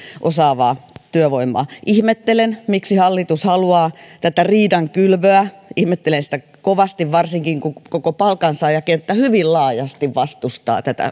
osaavaa työvoimaa ihmettelen miksi hallitus haluaa tätä riidankylvöä ihmettelen sitä kovasti varsinkin kun koko palkansaajakenttä opettajista sairaanhoitajiin hyvin laajasti vastustaa tätä